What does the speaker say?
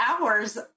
hours